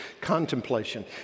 contemplation